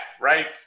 right